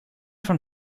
schon